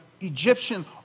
Egyptian